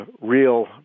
real